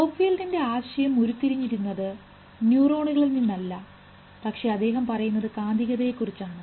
ഹോപ്ഫീൽഡിൻറെ ആശയം ഉരുത്തിരിഞ്ഞിക്കുന്നത് ന്യൂറോണുകളിൽ നിന്ന് അല്ല പക്ഷേ അദ്ദേഹം പറയുന്നത് കാന്തികതയെകുറിച്ചാണ്